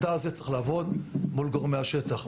התא הזה צריך לעבוד מול גורמי השטח,